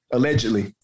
Allegedly